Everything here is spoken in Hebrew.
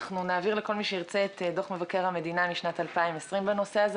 נעביר לכל מי שירצה את דוח מבקר המדינה לשנת 2020 בנושא הזה.